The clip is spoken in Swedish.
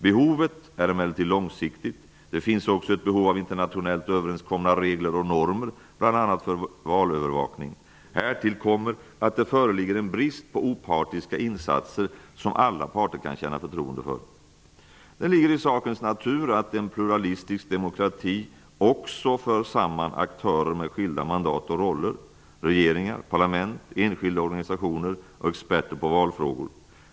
Behovet är emellertid långsiktigt. Det finns också ett behov av internationellt överenskomna regler och normer, bl.a. för valövervakning. Härtill kommer att det föreligger en brist på opartiska insatser som alla parter kan känna förtroende för. Det ligger i sakens natur att en pluralistisk demokrati också för samman aktörer med skilda mandat och roller: regering, parlament, enskilda organisationer och experter på valfrågor.